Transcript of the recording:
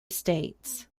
states